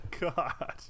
god